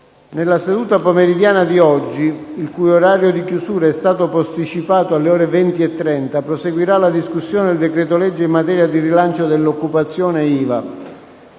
Nella seduta pomeridiana di oggi, il cui orario di chiusura estato posticipato alle ore 20,30, proseguira la discussione del decreto-legge in materia di rilancio dell’occupazione e IVA.